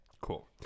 Cool